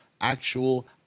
actual